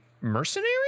mercenary